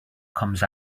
comes